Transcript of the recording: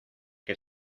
que